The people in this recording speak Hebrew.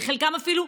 וחלקם אפילו,